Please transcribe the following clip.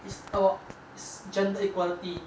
it's about gender equality